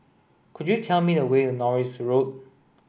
could you tell me the way to Norris Road